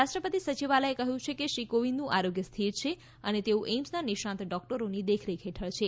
રાષ્ટ્રપતિ સચિવાલયે કહ્યું છે કે શ્રી કોવિંદનું આરોગ્ય સ્થિર છે અને તેઓ એઇમ્સના નિષ્ણાંત ડોકટરોની દેખરેખ હેઠળ છે